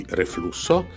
reflusso